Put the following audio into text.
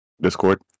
Discord